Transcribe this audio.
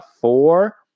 four